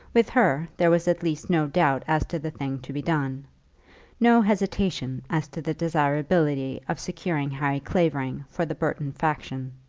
with her, there was at least no doubt as to the thing to be done no hesitation as to the desirability of securing harry clavering for the burton faction.